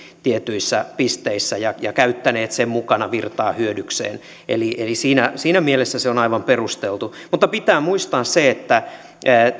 tietyissä pisteissä ja ja käyttänyt sen mukana virtaa hyödykseen eli eli siinä siinä mielessä se on aivan perusteltu mutta pitää muistaa se että